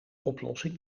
oplossing